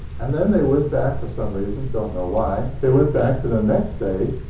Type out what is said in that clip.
and then they went back for some reason don't know why. they went back to the next day.